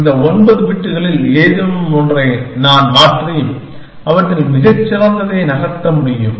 அந்த 9 பிட்களில் ஏதேனும் ஒன்றை நான் மாற்றி அவற்றில் மிகச் சிறந்ததை நகர்த்த முடியும்